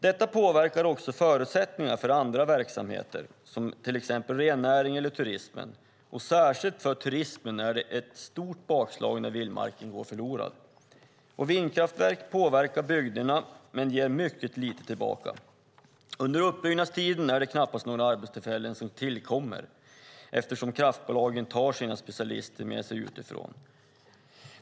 Detta påverkar också förutsättningarna för andra verksamheter, som till exempel rennäring och turism. Särskilt för turismen är det ett stort bakslag när vildmarken går förlorad. Vindkraftverk påverkar bygderna men ger väldigt lite tillbaka. Under uppbyggnadstiden tillkommer det knappast några arbetstillfällen eftersom kraftbolagen tar sina specialister med sig utifrån.